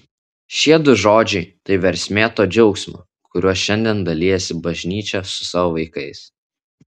šie du žodžiai tai versmė to džiaugsmo kuriuo šiandien dalijasi bažnyčia su savo vaikais